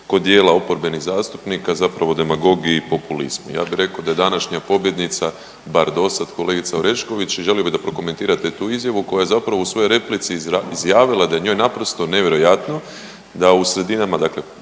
kod dijela oporbenih zastupnika zapravo demagogiji i populizmu. Ja bih rekao da je današnja pobjednica bar do sad kolegica Orešković i želio bih da prokomentirate tu izjavu koja je zapravo u svojoj replici izjavila da je njoj naprosto nevjerojatno da u sredinama, dakle